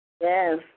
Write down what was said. Yes